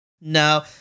No